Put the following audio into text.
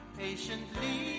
patiently